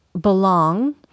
belong